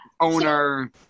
owner